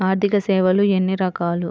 ఆర్థిక సేవలు ఎన్ని రకాలు?